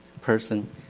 person